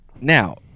Now